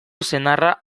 senarra